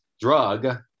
drug